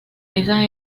esas